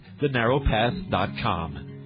thenarrowpath.com